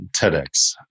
TEDx